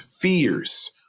fears